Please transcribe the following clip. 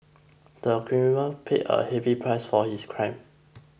the criminal paid a heavy price for his crime